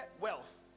wealth